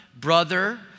brother